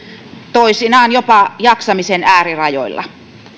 toisinaan jopa jaksamisen äärirajoilla